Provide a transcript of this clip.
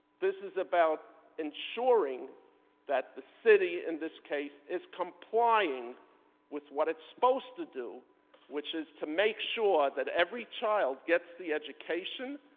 this is about ensuring that the city in this case is complying with what it is supposed to do which is to make sure that every child gets the education,